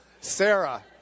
Sarah